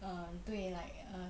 um 对 like err